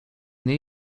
nie